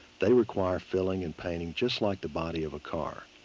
they require filling and painting just like the body of a car.